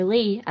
Lee